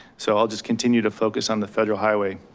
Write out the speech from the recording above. so i'll just continue to focus on the federal highway.